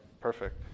perfect